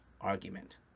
argument